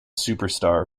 superstar